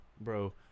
bro